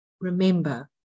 remember